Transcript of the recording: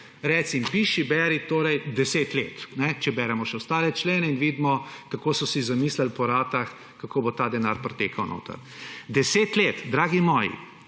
Reci in piši, beri, torej deset let, če beremo še ostale člene in vidimo, kako so si zamislili po ratah, kako bo ta denar pritekal notri. Deset let, dragi moji,